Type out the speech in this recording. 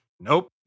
Nope